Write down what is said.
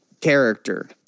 character